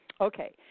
Okay